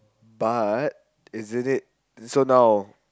but isn't it so now